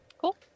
cool